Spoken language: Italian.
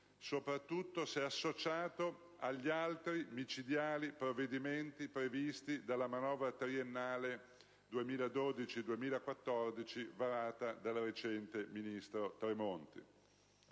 soprattutto se associato agli altri micidiali provvedimenti previsti dalla manovra triennale 2012-2014, varata di recente dal ministro Tremonti.